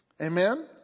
Amen